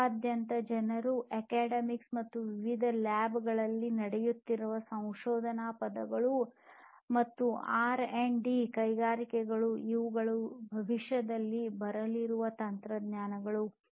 ವಿಶ್ವಾದ್ಯಂತ ಜನರು ಅಕಾಡೆಮಿಕ್ ಮತ್ತು ವಿವಿಧ ಲ್ಯಾಬ್ ಗಳಲ್ಲಿ ನಡೆಯುತ್ತಿರುವ ಸಂಶೋಧನಾ ಪದಗಳು ಮತ್ತು ಆರ್ ಡಿ R D ಕೈಗಾರಿಕೆಗಳು ಇವುಗಳು ಭವಿಷ್ಯದಲ್ಲಿ ಬರಲಿರುವ ತಂತ್ರಜ್ಞಾನಗಳು